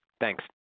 Thanks